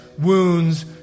wounds